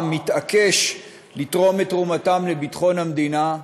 מתעקש לתרום את תרומתו לביטחון המדינה,